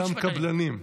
גם קבלנים.